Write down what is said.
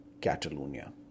Catalonia